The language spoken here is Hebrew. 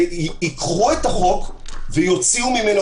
ייקחו את החוק ויוציאו ממנו,